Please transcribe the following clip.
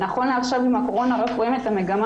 נכון לעכשיו עם הקורונה רק רואים את המגמה